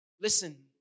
Listen